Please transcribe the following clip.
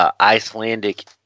Icelandic